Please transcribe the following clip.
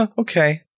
okay